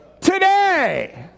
today